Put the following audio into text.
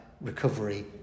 recovery